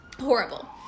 Horrible